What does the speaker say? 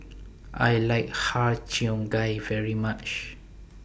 I like Har Cheong Gai very much